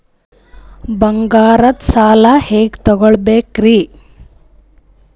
ಬಂಗಾರದ್ ಸಾಲ ಹೆಂಗ್ ತಗೊಬೇಕ್ರಿ?